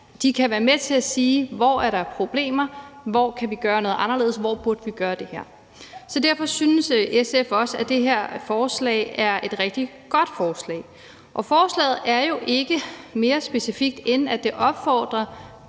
De kan være med til at sige, hvor der er problemer, hvor vi kan gøre noget anderledes, og hvor vi burde gøre det her. Så derfor synes SF også, at det her forslag er et rigtig godt forslag. Forslaget er jo ikke mere specifikt, end at det opfordrer